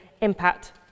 impact